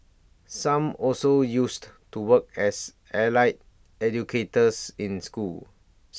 some also used to work as allied educators in schools